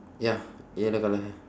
ya yellow colour hair